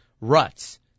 ruts